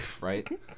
Right